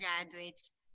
graduates